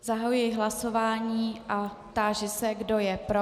Zahajuji hlasování a táži se, kdo je pro.